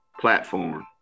platform